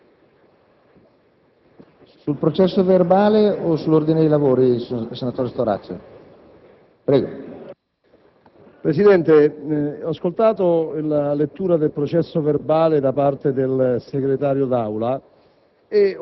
Presidente, ho ascoltato la lettura del processo verbale da parte del senatore